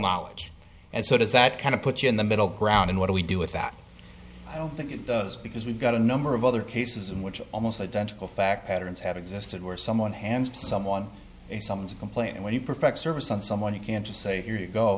knowledge and so does that kind of put you in the middle ground and what do we do with that i don't think it does because we've got a number of other cases in which almost identical fact patterns have existed where someone hands someone a summons and complaint and when you perfect service on someone you can just say here you go